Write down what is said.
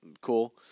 Cool